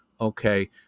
Okay